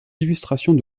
illustrations